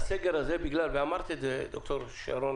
- וששרון